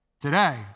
today